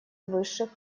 высших